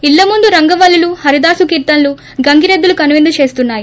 ఇళ్ల ముందు రంగవల్లులుహరదాసు కీర్తనలు గంగి రెద్దులు కనువిందు చేస్తున్నాయి